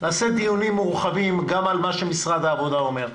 נעשה דיונים מורחבים גם על מה שמשרד העבודה אומר,